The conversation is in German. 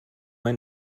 ein